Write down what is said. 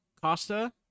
Costa